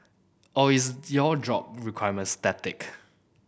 or is your job requirement static